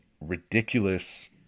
ridiculous